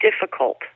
difficult